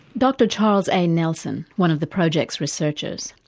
dr charles a nelson, one of the project's researchers.